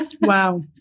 Wow